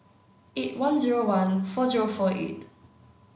eight one zero one four zero four eight